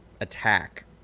attack